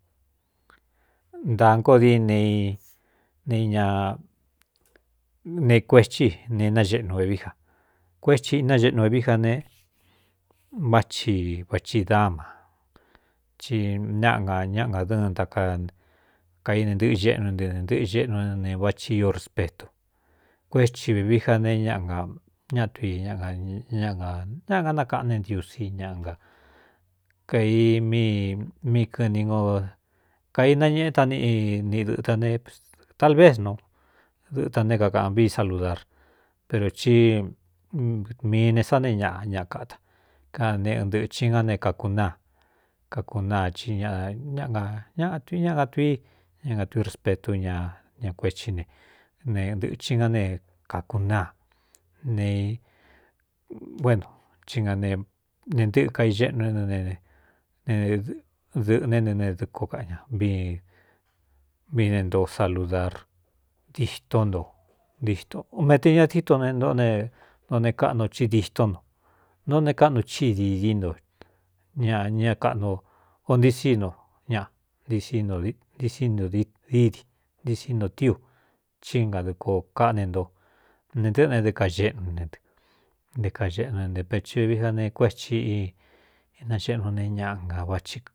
Ntāā nkóó dine neña ne kueti ne inaxeꞌnu vevií ja kuétsi ináxeꞌnu vevií ja ne váꞌchi vachi dama ci naꞌa na ñáꞌ ngadɨ́ɨn ta ka kaine ntɨꞌɨ ñeꞌnu é ntɨ ne ntɨ́ꞌɨ xeꞌnu é ɨ ne váchi iu respetu kuétsi vevií ja ne ñaꞌ na ña tui ññaꞌanga nakaꞌne ntiusi ñaꞌ na kaimii mii kɨni no kainañeꞌe tá níꞌi niꞌi dɨta neɨtalvéd no dɨta ne kakāꞌan vií saludar pero címii ne sa neé ñaꞌa ñaꞌa kata ka ne ɨɨn dɨ̄chin ná ne kākūnáa kakunaa i ññatui ñaa nga tuí ña nga tuí respetú ña ña kuethí ne ne ndɨ̄chin ngá ne kākūnáa ne uéno cí nane ntɨꞌɨ kaixeꞌnu é e ne dɨꞌɨné ntɨ ne dɨko kaꞌ ña vi viíne ntoo saludar ditó nto ntito o mete ña dííto ne ntoó ne nto ne kaꞌnu ci dîtó nto ntō ne káꞌnu chíi dîdí nto ñaꞌ ña kaꞌnu o nti sínu ñaꞌa nsntisiniu dîdi ntisinotíu cí nadɨko kaꞌne nto ne ntɨꞌɨ ne de kaxeꞌnu ne nɨ nté kaxeꞌnu é ntɨ peo tivevií ja ne kuéthi inaxeꞌnu ne ñaꞌa ngā váchi.